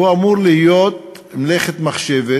הוא אמור להיות מלאכת מחשבת